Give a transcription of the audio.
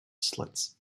slits